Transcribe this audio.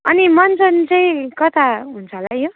अनि मञ्चन चाहिँ कता हुन्छ होला है यो